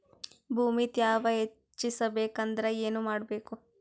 ಭೂಮಿ ತ್ಯಾವ ಹೆಚ್ಚೆಸಬೇಕಂದ್ರ ಏನು ಮಾಡ್ಬೇಕು?